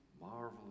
marvelous